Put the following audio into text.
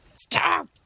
Stop